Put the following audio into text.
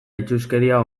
itsuskeria